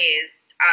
ways